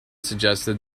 suggested